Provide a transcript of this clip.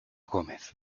gómez